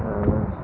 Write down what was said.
ఆ